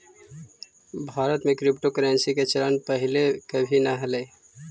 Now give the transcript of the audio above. भारत में क्रिप्टोकरेंसी के चलन पहिले कभी न हलई